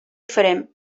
farem